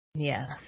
Yes